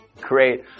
great